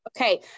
okay